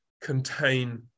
contain